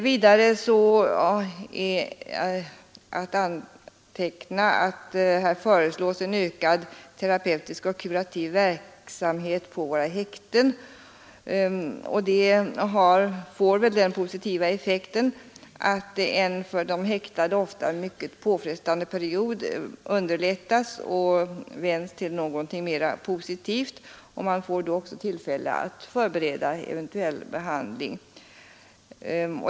Vidare är att anteckna att här föreslås en ökad terapeutisk och kurativ verksamhet på våra häkten. Det får väl den positiva effekten att en för de häktade ofta mycket påfrestande period underlättas och vänds till något mer positivt. Man får då också tillfälle att förbereda eventuell behandling.